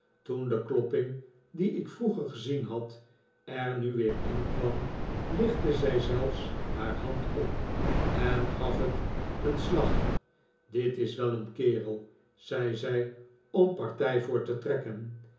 toen de klopping die ik vroeger gezien had er nu weer in kwam lichtte zij zelfs haar hand op en gaf het een slag dit is wel een kerel zei zij om partij voor te trekken